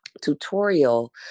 tutorial